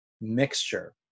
mixture